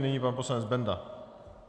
Nyní pan poslanec Benda.